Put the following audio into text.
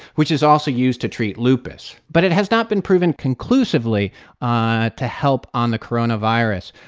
which is also used to treat lupus. but it has not been proven conclusively ah to help on the coronavirus.